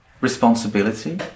responsibility